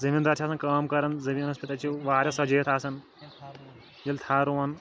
زٔمیٖندار چھِ آسان کٲم کَران زٔمیٖنس پٮ۪ٹھ تَتہِ چھِ واریاہ سَجٲیِتھ آسان ییٚلہِ تھَل رُوان